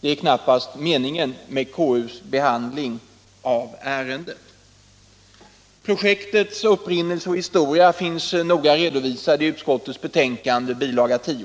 Det är knappast meningen med konstitutionsutskottets befattning med ärendet. Projektets upprinnelse och historia finns noga redovisad i utskottets betänkande, bilaga 10.